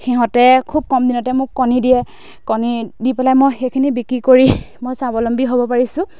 সিহঁতে খুব কম দিনতে মোক কণী দিয়ে কণী দি পেলাই মই সেইখিনি বিক্ৰী কৰি মই স্বাৱলম্বী হ'ব পাৰিছোঁ